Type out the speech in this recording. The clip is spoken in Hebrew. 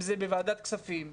ואם זה בוועדת כספים,